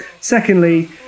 secondly